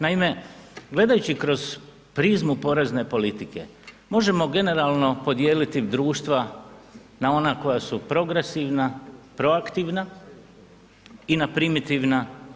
Naime, gledajući kroz prizmu porezne politike možemo generalno podijeliti društva na ona koja su progresivna, proaktivna i na primitivna.